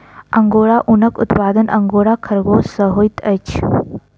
angora ऊनक उत्पादन angora खरगोश सॅ होइत अछि